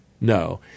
No